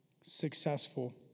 successful